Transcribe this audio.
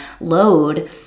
load